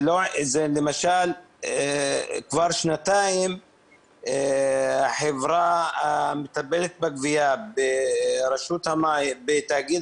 כבר שנתיים החברה המטפלת בגבייה בתאגיד